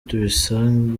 tubisanga